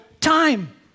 time